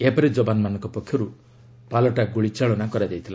ଏହାପରେ ଯବାନମାନଙ୍କ ପକ୍ଷରୂ ପାଲଟା ଗ୍ରଳି ଚାଳନା କରାଯାଇଥିଲା